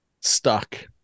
stuck